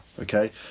Okay